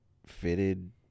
Fitted